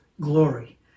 glory